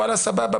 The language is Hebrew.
סבבה,